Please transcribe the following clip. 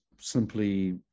simply